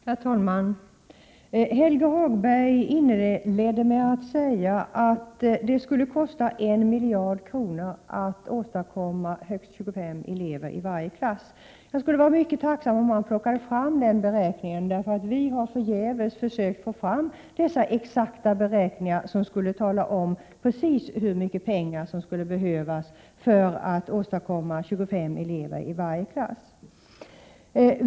Herr talman! Helge Hagberg inledde med att säga att det skulle kosta en miljard kronor att åstadkomma en minskning av antalet elever till högst 25 i varje klass. Jag skulle vara mycket tacksam om han ville ta fram den beräkning som ligger bakom denna uppgift. Vi har förgäves försökt få fram några exakta beräkningar av precis hur mycket pengar som skulle behövas för att få ned elevantalet till högst 25 elever i varje klass.